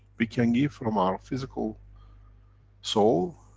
we can give from our physical soul,